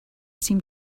seem